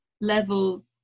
level